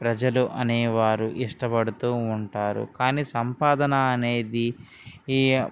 ప్రజలు అనేవారు ఇష్టపడుతూ ఉంటారు కానీ సంపాదన అనేది ఈ